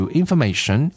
information